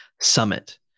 Summit